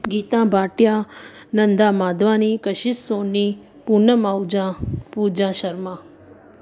Gita Bhatia Nanda Madhwani Kashish Soni Poonam Ahuja Pooja Sharma